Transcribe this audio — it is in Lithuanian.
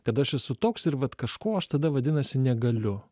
kad aš esu toks ir vat kažko aš tada vadinasi negaliu